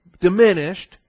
diminished